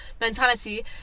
mentality